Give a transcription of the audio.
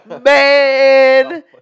Man